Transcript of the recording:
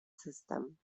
system